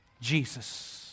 Jesus